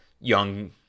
young